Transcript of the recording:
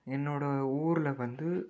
என்னோட ஊரில் வந்து